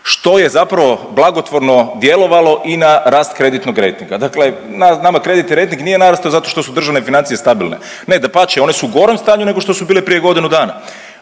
što je zapravo blagotvorno djelovalo i na rast kreditnog rejtinga. Dakle, nama kreditni rejting nije narastao zato što su državne financije stabilne, ne, dapače one su u gorem stanju nego što su bile prije godinu dana.